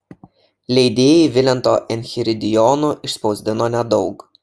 leidėjai vilento enchiridionų išspausdino nedaug